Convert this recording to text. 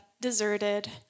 deserted